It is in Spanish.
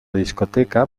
discoteca